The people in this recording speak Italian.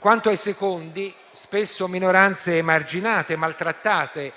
Quanto ai secondi, spesso minoranze emarginate e maltrattate,